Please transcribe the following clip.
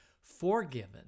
forgiven